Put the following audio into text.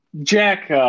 Jack